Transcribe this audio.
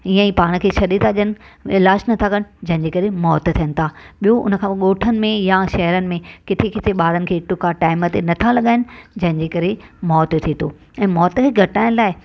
इअं ई पाण खे छॾे था ॾियनि इलाजु नथा कनि जंहिंजे करे मौत थियनि था ॿियो इनखा पोइ ॻोठनि में या शहरनि में किथे किथे ॿारनि खे टुका टाइम ते नथा लॻाइनि जंहिंजे करे मौतु थिए थो ऐं मौत खे घटाइणु लाइ